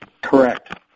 Correct